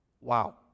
Wow